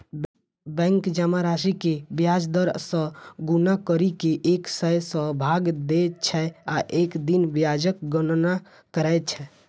bank जमा राशि कें ब्याज दर सं गुना करि कें एक सय सं भाग दै छै आ एक दिन ब्याजक गणना करै छै